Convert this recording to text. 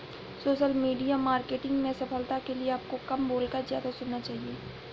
social media marketing में सफलता के लिए आपको कम बोलकर ज्यादा सुनना चाहिए